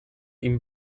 ihm